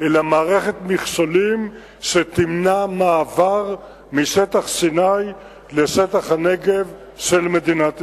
אלא מערכת מכשולים שתמנע מעבר משטח סיני לשטח הנגב של מדינת ישראל.